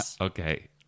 okay